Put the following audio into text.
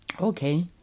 okay